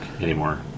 anymore